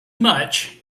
much